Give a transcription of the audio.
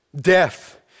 Death